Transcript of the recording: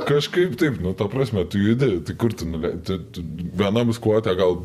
kažkaip taip nu ta prasme tu judi tai kur tu nulei tu tu vienam skvote gal